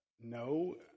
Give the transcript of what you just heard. no